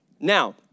Now